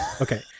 Okay